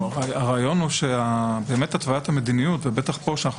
הרעיון הוא שבאמת התוויית המדיניות - ובטח כאן כאשר אנחנו